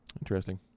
Interesting